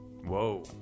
Whoa